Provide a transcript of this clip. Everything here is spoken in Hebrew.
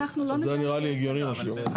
אנחנו לא --- זה נראה לי הגיוני מה שהיא אומרת.